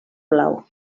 blau